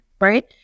Right